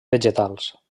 vegetals